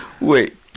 wait